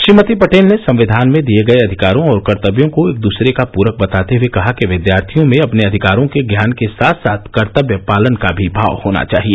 श्रीमती पटेल ने संविधान में दिए गए अधिकारों और कर्तव्यों को एक दूसरे का पूरक बताते हुए कहा कि विद्यार्थियों में अपने अधिकारों के ज्ञान के साथ साथ कर्तव्य पालन का भी माव होना चाहिए